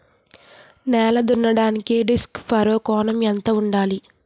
నేల దున్నడానికి disc furrow కోణం ఎంత ఉండాలి?